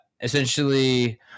Essentially